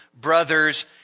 brothers